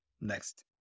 next